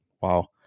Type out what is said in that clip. wow